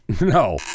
No